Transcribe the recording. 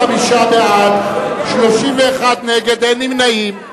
55 בעד, 31 נגד, אין נמנעים.